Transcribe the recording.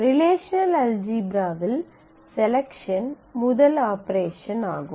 relational அல்ஜீப்ராவில் selection முதல் operation ஆகும்